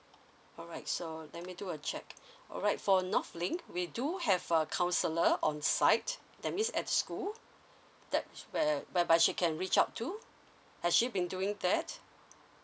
alright so let me do a check alright for north link we do have a counselor on site that means at school that's where whereby she can reach out to has she been doing that